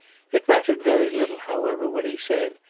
it mattered very little, however, what he said,